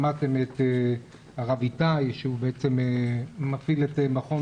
שמעתם את הרב איתי שהוא בעצם מפעיל את מכון